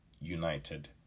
united